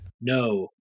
No